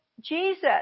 Jesus